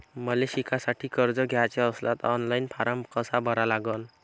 मले शिकासाठी कर्ज घ्याचे असल्यास ऑनलाईन फारम कसा भरा लागन?